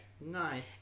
Nice